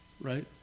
right